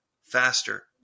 faster